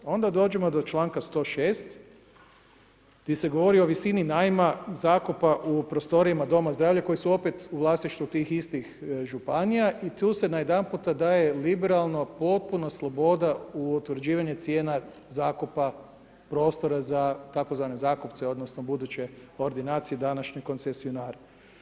Onda dođemo do članka 106. gdje se govori o visini najma, zakupa u prostorijama doma zdravlja koji su opet u vlasništvu tih istih županija i tu se najedanputa daje liberalna potpuna sloboda u utvrđivanje cijena zakupa prostora za tzv. zakupce odnosno buduće ordinacije današnje koncesionare.